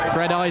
Fred